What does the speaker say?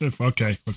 Okay